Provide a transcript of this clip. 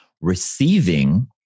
receiving